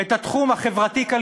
את התחום החברתי-כלכלי,